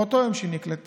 באותו יום שהיא נקלטה